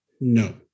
no